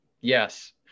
Yes